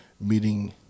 meeting